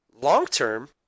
long-term